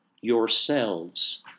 yourselves